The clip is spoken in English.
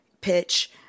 pitch